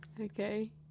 Okay